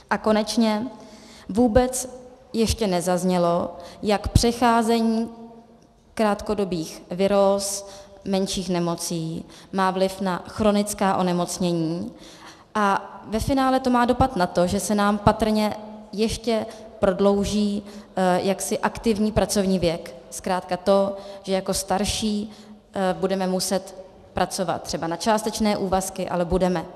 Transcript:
A konečně vůbec ještě nezaznělo, jak přecházení krátkodobých viróz, menších nemocí má vliv na chronická onemocnění a ve finále to má dopad na to, že se nám patrně ještě prodlouží aktivní pracovní věk, zkrátka to, že jako starší budeme muset pracovat třeba na částečné úvazky, ale budeme.